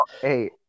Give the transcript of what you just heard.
hey